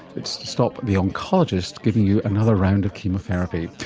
it's to stop the oncologist giving you another round of chemotherapy.